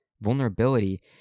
Vulnerability